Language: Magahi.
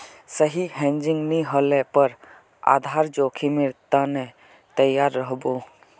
सही हेजिंग नी ह ल पर आधार जोखीमेर त न तैयार रह बो